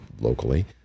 locally